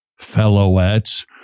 fellowettes